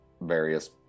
various